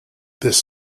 this